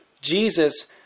Jesus